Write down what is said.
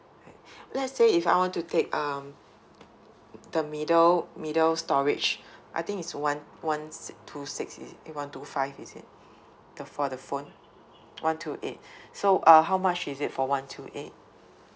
let's say if I want to take um the middle middle storage I think is one one si~ two six is it eh one two five is it the for the phone one two eight so uh how much is it for one two eight